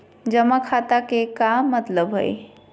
जमा खाता के का मतलब हई?